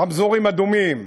רמזורים אדומים,